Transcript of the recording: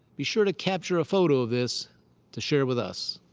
be sure to capture a photo of this to share with us.